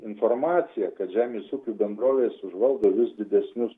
informacija kad žemės ūkio bendrovės užvaldo vis didesnius